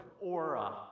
aura